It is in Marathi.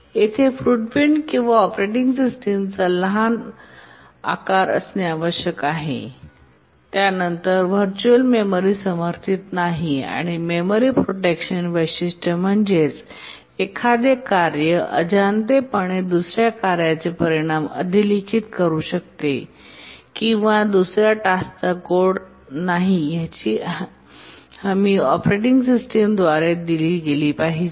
येथे फूटप्रिंट किंवा ऑपरेटिंग सिस्टमचा आकार लहान असणे आवश्यक आहे त्यानंतर व्हर्च्युअल मेमरी समर्थित नाही आणि मेमरी प्रोटेक्शन वैशिष्ट्य म्हणजेच एखादे कार्य अजाणतेपणे दुसर्या कार्याचे परिणाम अधिलिखित करू शकते किंवा दुसर्या टास्कचा कोड नाही ह्याची हमीऑपरेटिंग सिस्टमद्वारे दिली गेली पाहिजे